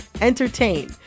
entertain